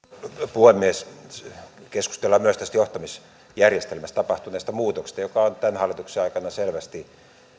puhemies keskustellaan myös tästä johtamisjärjestelmässä tapahtuneesta muutoksesta joka on tämän hallituksen aikana selvästi